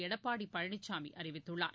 எடப்பாடி பழனிசாமி அறிவித்துள்ளார்